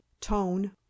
tone